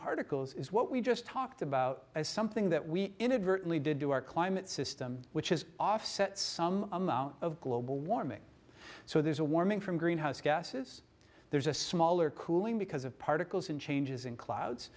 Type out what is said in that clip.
particles is what we just talked about as something that we inadvertently did to our climate system which is offset some amount of global warming so there's a warming from greenhouse gases there's a smaller cooling because of particles in changes in clouds